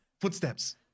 Footsteps